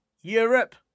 Europe